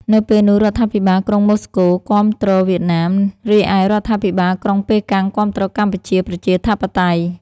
នៅពេលនោះរដ្ឋាភិបាលក្រុងមូស្គូគាំទ្រវៀតណាម រីឯរដ្ឋាភិបាលក្រុងប៉េកាំងគាំទ្រកម្ពុជាប្រជាធិបតេយ្យ។